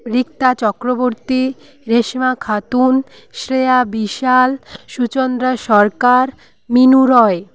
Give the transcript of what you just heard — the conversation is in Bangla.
ঋক্তা চক্রবর্তী রেশমা খাতুন শ্রেয়া বিশাল সুচন্দ্রা সরকার মিনু রয়